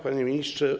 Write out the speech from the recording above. Panie Ministrze!